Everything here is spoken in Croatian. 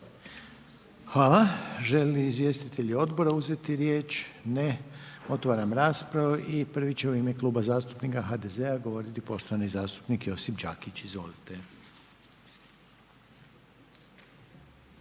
Žele li izvjestitelji Odbora uzeti riječ? Ne. Otvaram raspravu i prvi će u ime Kluba zastupnika HDZ-a govoriti poštovani zastupnik Miroslav Tuđman. Izvolite.